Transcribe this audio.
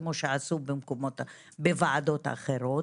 כמו שעשו בוועדות אחרות.